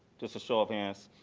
just a show of hands.